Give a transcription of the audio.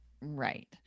Right